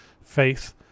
Faith